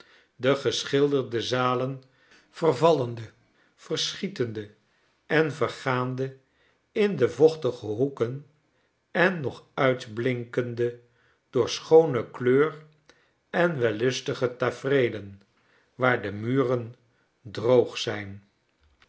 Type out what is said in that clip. de geschilderde zalen vervallende verschietende en vergaande in de vochtige hoeken en nog uitblinkende door schoone kleur en wellustige tafereelen waar de muren droog zijn